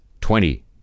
Twenty